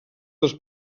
dels